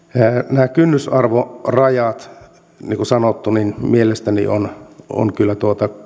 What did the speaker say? nämä kynnysarvorajat niin kuin sanottu mielestäni ovat kyllä